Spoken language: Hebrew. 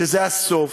שזה הסוף,